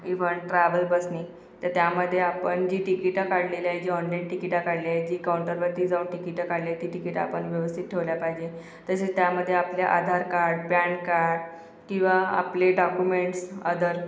even travel बसनी तर त्यामध्ये आपण जी टिकिटं काढलेली आहे जी ऑनलाईन टिकिटं काढली आहे जी काउंटरवरती जाऊन टिकिटं काढली आहे ती टिकिटं आपण व्यवस्थित ठेवली पाहिजे तसेच त्यामध्ये आपले आधार कार्ड पॅन कार्ड किंवा आपले डॉक्युमेंट्स अदर